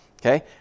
Okay